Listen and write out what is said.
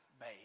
made